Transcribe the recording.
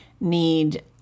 need